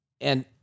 And-